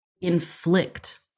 inflict